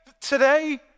today